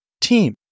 team